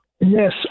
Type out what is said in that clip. Yes